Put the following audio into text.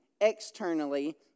externally